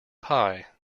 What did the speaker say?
pie